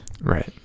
Right